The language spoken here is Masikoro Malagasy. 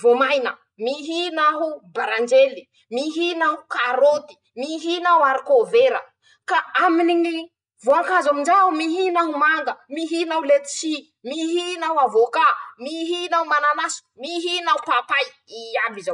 voamaina, mihina aho baranjely, mihina aho karôty, mihina aho arikôvera, ka aminy ñy voankazo am'izay aho, mihina aho manga, mihina aho letisy, mihina aho avoka, mihina aho, mihina aho mananasy, mihina aho papay, iaby zao.